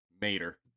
Mater